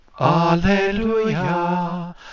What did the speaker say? Alleluia